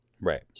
right